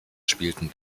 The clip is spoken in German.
spielten